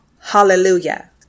Hallelujah